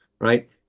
right